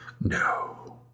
No